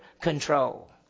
control